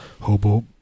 hobo